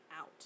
out